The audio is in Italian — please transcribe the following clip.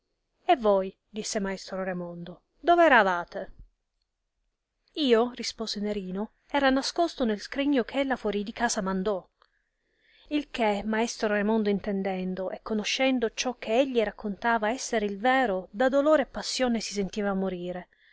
e voi disse maestro raimondo dove eravate io rispose nerino era nascoso nel scrigno che ella fuori di casa mandò il che maestro raimondo intendendo e conoscendo ciò che egli raccontava essere il vero da dolore e passione si sentiva morire